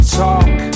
talk